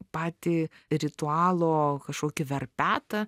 patį ritualo kažkokį verpetą